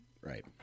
Right